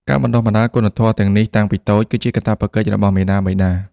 ការបណ្ដុះបណ្ដាលគុណធម៌ទាំងនេះតាំងពីតូច គឺជាកាតព្វកិច្ចរបស់មាតាបិតា។